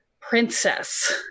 princess